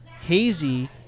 hazy